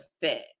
fit